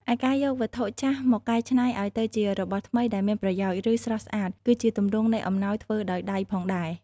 ឯការយកវត្ថុចាស់មកកែច្នៃឲ្យទៅជារបស់ថ្មីដែលមានប្រយោជន៍ ឬស្រស់ស្អាត ក៏ជាទម្រង់នៃអំណោយធ្វើដោយដៃផងដែរ។